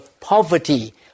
poverty